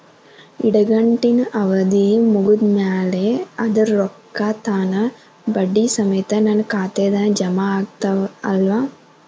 ಇಡಗಂಟಿನ್ ಅವಧಿ ಮುಗದ್ ಮ್ಯಾಲೆ ಅದರ ರೊಕ್ಕಾ ತಾನ ಬಡ್ಡಿ ಸಮೇತ ನನ್ನ ಖಾತೆದಾಗ್ ಜಮಾ ಆಗ್ತಾವ್ ಅಲಾ?